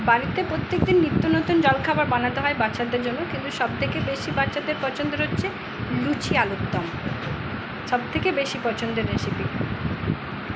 বাড়িতে প্রত্যেক দিন নিত্য নতুন জলখাবার বানাতে হয় বাচ্চাদের জন্য কিন্তু সব থেকে বেশি বাচ্চাদের পছন্দর হচ্ছে লুচি আলুরদম সব থেকে বেশি পছন্দের রেসিপি